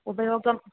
उपयोगं